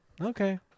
Okay